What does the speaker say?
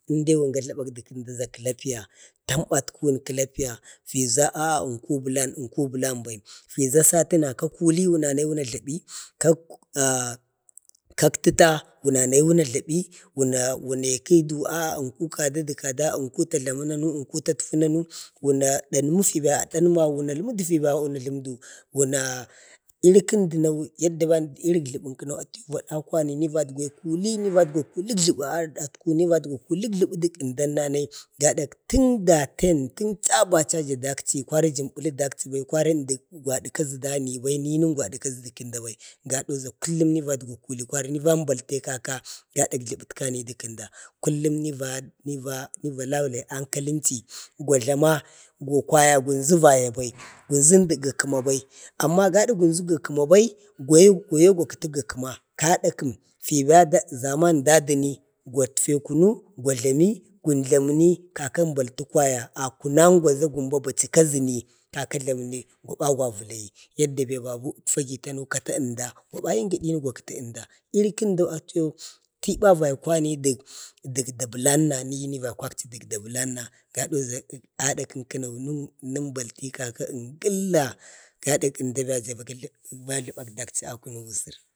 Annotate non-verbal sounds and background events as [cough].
tindai wun gajlabə də kəmdiʒa kəlapiya, təmbat kəwun kəlapiya. fiʒa ʒku bəlan, nku bəlan bai, biʒa satuna kakuli na nunnayi jlabi, kak ah kak fəta wunanayi na jlabi wunekudu nku kada də kada, nku ta jlamu nanu, nku tatfunanu. wunna dalmi fi bi a dalma wun nalmi fiba najlumudi nuna iri kəndu addda bam irin jləbək kənau atəman akwanai ni vadukwa kuli, ni vadukwakkulik jlubu dək əmdananai. badak tən daten, tənba taja dakchi, kwari jambulu dakchi bai, kwari əmdi kwadi kaʒi dani bai niyi i gwadi kaʒəm dibai. gadau ʒa kullum i va dukwa kuli, kwari ni vaəmbalte kaka, gadak jləbət kane dəkəmda. ni [hesitation] va laulayi ankalənchi, gwajlama kwaya wuenʒu vaya bai. wunʒu ənchu ga kəma bai. amma gada wunʒu əmdi ga kəmabai, gwaye ga kətu gə gokəma. gada kəm, fima ʒaman daduni watfe kunu, wa jlami, wun jlamuni kaka əmbaltu kwaya a kunan gwa ʒa waba bachu kaʒəni, gwaba wa vləayi. yadda be babu fagi ta nu kata əmda wama yim gadina wakatu əmda, iri kəndau atiyau tiba vaikwani dək da bəlanna yuma vai kwanchi dək da belanna gadauʒa ada kən kəno nimbalti kaka əngəlla gada əmda da jlabi dakchi a kunək usur.